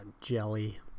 jelly